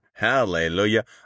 Hallelujah